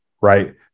Right